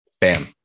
Bam